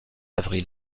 avril